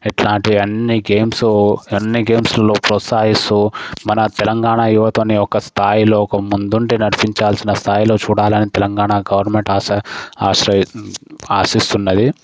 ఇట్లాంటివి అన్ని గేమ్స్ అన్ని గేమ్సుల్లో ప్రోత్సాహిస్తూ మన తెలంగాణ యువతని ఒక స్థాయిలో ఒక ముందుండి నడిపించాల్సిన స్థాయిలో చూడాలని తెలంగాణ గవర్నమెంట్ ఆశ ఆశ్ర ఆశిస్తున్నది